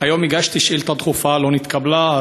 היום הגשתי שאילתה דחופה, לא נתקבלה.